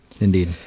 indeed